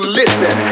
listen